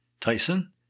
Tyson